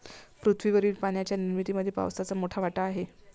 पृथ्वीवरील पाण्याच्या निर्मितीमध्ये पावसाचा मोठा वाटा आहे